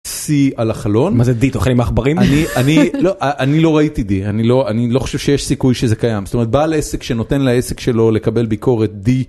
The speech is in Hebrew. C על החלון מזה D תאכלי עם עכברים? אני אני לא אני לא ראיתי D אני לא אני לא חושב שיש סיכוי שזה קיים זאת אומרת בעל העסק שנותן לעסק שלו לקבל ביקורת.